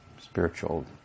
spiritual